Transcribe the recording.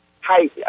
Hi